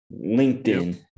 LinkedIn